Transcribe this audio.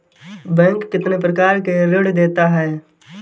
Bank कितने प्रकार के ऋण देता है?